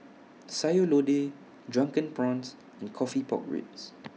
Sayur Lodeh Drunken Prawns and Coffee Pork Ribs